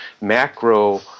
macro